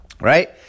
right